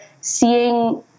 seeing